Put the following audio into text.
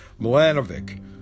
Milanovic